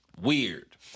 weird